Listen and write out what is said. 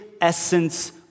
essence